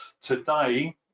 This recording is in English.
Today